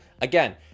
again